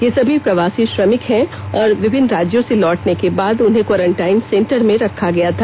ये सभी प्रवासी श्रमिक है और विभिन्न राज्यों र्स लौटने के बाद उन्हें क्वारंटाइन सेंटर में रखा गया था